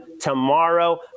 tomorrow